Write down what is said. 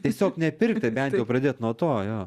tiesiog nepirkti bent jau pradėt nuo to jo